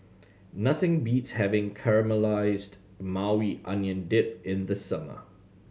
nothing beats having Caramelized Maui Onion Dip in the summer